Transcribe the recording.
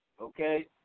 okay